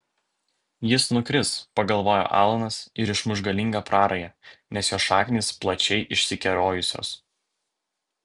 jis nukris pagalvojo alanas ir išmuš galingą prarają nes jo šaknys plačiai išsikerojusios